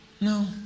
No